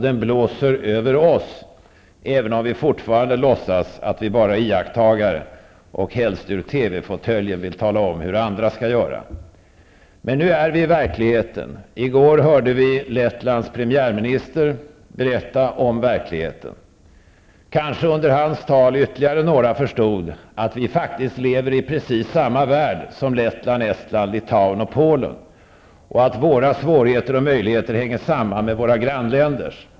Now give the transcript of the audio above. Den blåser också över oss, även om vi fortfarande låtsas vara enbart iakttagare och helst från TV-fåtöljen vill tala om hur andra skall göra. Men nu är det fråga om verkligheten. I går kunde vi höra Lettlands premiärminister berätta om verkligheten. Kanske ytterligare några under hans tal kom att förstå att vi faktiskt lever i precis samma värld som Lettland, Estland, Litauten och Polen samt att våra svårigheter och möjligheter hänger samman med våra grannländers.